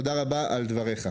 תודה רבה על דבריך.